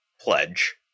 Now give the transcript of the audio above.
pledge